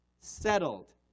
settled